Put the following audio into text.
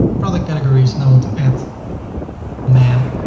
product categories, and i want to add men,